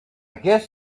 guess